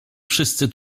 wszyscy